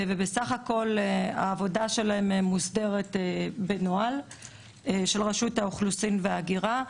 בסך הכול עבודתן מוסדרת בנוהל של רשות האוכלוסין וההגירה.